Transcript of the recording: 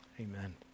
amen